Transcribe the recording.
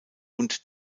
und